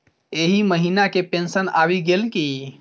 एहि महीना केँ पेंशन आबि गेल की